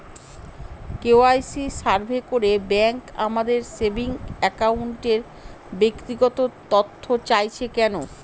KYC survey করে bank আমাদের saving অ্যাকাউন্টের ব্যক্তিগত তথ্য চাইছে কেন?